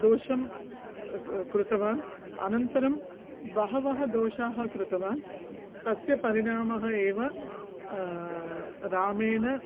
दोषं क क कृतवान् अनन्तरं बहवः दोषाः कृतवान् तस्य परिणामः एव रामेण